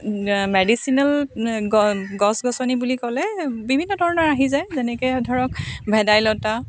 medicinal গ গছ গছনি বুলি ক'লে বিভিন্ন ধৰণৰ আহি যায় যেনেকৈ ধৰক ভেদাইলতা